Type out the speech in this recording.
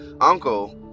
uncle